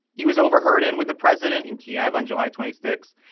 he was overheard in with the president in kiev on july twenty six.